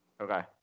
Okay